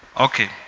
okay